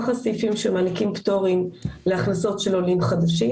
הסעיפים שמעניקים פטורים להכנסות של עולים חדשים,